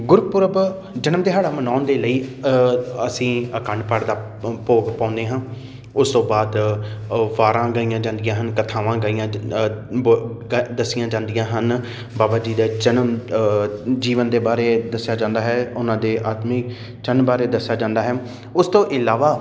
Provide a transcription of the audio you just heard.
ਗੁਰਪੁਰਬ ਜਨਮ ਦਿਹਾੜਾ ਮਨਾਉਣ ਦੇ ਲਈ ਅਸੀਂ ਅਖੰਡ ਪਾਠ ਦਾ ਭੋਗ ਪਾਉਂਦੇ ਹਾਂ ਉਸ ਤੋਂ ਬਾਅਦ ਵਾਰਾਂ ਗਾਈਆਂ ਜਾਂਦੀਆਂ ਹਨ ਕਥਾਵਾਂ ਗਈਆਂ ਦੱਸੀਆਂ ਜਾਂਦੀਆਂ ਹਨ ਬਾਬਾ ਜੀ ਦਾ ਜਨਮ ਜੀਵਨ ਦੇ ਬਾਰੇ ਦੱਸਿਆ ਜਾਂਦਾ ਹੈ ਉਹਨਾਂ ਦੇ ਅੰਤਿਮ ਸ਼ਣ ਬਾਰੇ ਦੱਸਿਆ ਜਾਂਦਾ ਹੈ ਉਸ ਤੋਂ ਇਲਾਵਾ